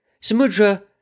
Samudra